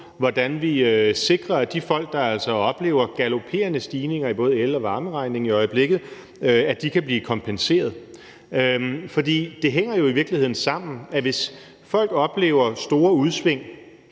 hvordan vi sikrer, at de folk, der altså oplever galoperende stigninger på både el- og varmeregningen i øjeblikket, kan blive kompenseret. For det hænger jo i virkeligheden sammen: Hvis folk oplever store udsving